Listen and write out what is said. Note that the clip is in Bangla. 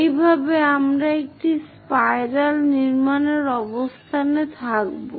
এইভাবে আমরা একটি স্পাইরাল নির্মাণের অবস্থানে থাকব